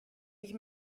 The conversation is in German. sich